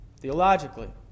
theologically